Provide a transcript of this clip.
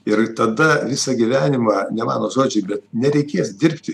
ir tada visą gyvenimą ne mano žodžiai bet nereikės dirbti